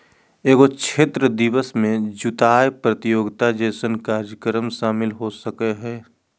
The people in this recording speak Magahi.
एगो क्षेत्र दिवस में जुताय प्रतियोगिता जैसन कार्यक्रम शामिल हो सकय हइ